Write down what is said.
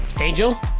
Angel